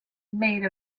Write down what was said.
made